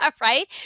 right